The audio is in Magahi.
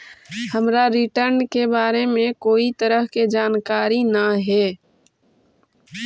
हमरा रिटर्न के बारे में कोई तरह के जानकारी न हे